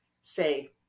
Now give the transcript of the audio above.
say